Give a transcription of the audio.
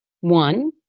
one